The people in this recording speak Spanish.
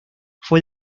fue